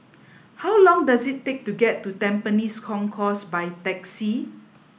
how long does it take to get to Tampines Concourse by taxi